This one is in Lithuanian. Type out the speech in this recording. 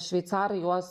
šveicarai juos